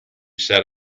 set